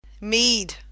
Mead